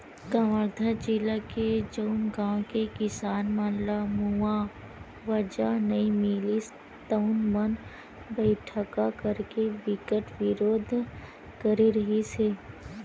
कवर्धा जिला के जउन गाँव के किसान मन ल मुवावजा नइ मिलिस तउन मन बइठका करके बिकट बिरोध करे रिहिस हे